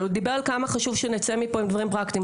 אבל הוא דיבר כמה חשוב שנצא מפה עם דברים פרקטיים,